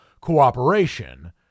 cooperation